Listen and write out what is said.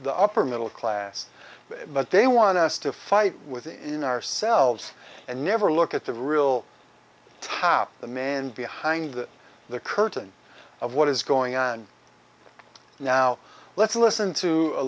upper middle class but they want us to fight within ourselves and never look at the real half the man behind the curtain of what is going on now let's listen to a